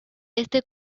este